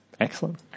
excellent